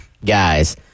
Guys